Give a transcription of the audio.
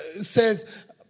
says